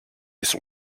son